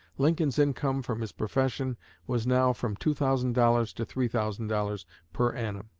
lincoln's income from his profession was now from two thousand dollars to three thousand dollars per annum.